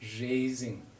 raising